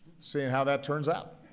seeing how that turns out.